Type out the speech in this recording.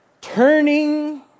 Turning